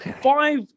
five